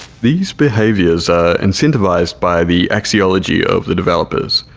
these behaviors are incentivized by the axiology of the developers,